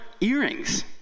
earrings